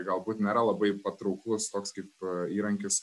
galbūt nėra labai patrauklus toks kaip e įrankis